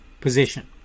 position